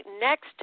next